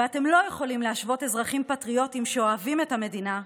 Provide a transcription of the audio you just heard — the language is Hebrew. ואתם לא יכולים להשוות אזרחים פטריוטים שאוהבים את המדינה לטרוריסטים.